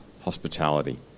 hospitality